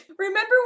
remember